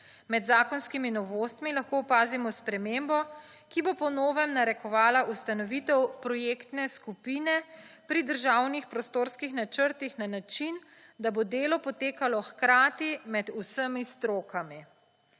Med zakonskimi novostmi lahko opazimo spremembo, ki bo po novem narekovala ustanovitev projektne skupine pri državnih prostorskih načrtih na način, da bo delo potekalo hkrati med vsemi strokami.